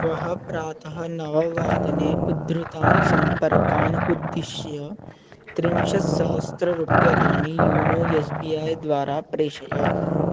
श्वः प्रातः नववादने उद्धृतान् सम्पर्कान् उद्दिश्य त्रिंशत्सहस्ररूप्यकाणि यूनो एस् बी ऐ द्वारा प्रेषय